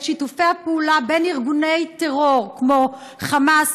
שיתופי הפעולה בין ארגוני טרור כמו חמאס,